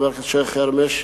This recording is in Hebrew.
שי חרמש,